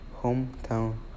hometown